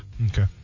Okay